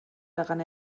daran